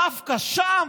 דווקא שם?